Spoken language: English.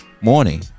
morning